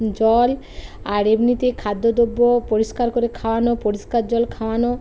জল আর এমনিতে খাদ্য দ্রব্য পরিষ্কার করে খাওয়ানো পরিষ্কার জল খাওয়ানো